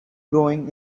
growing